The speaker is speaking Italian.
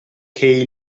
che